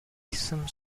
some